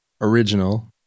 Original